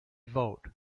vote